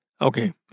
Okay